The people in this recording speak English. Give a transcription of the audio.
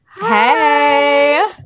Hey